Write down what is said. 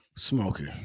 Smoking